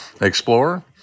explorer